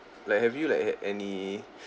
like have you like had any